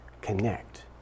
connect